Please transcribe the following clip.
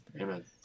amen